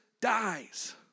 dies